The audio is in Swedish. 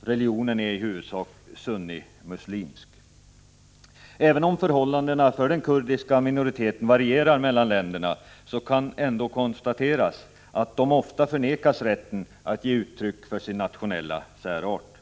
Religionen är i huvudsak sunnimuslimsk. Även om förhållandena för den kurdiska minoriteten varierar mellan länderna, kan ändå konstateras att de ofta förnekas rätten att ge uttryck för sin nationella särart.